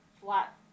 flat